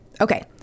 Okay